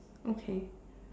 okay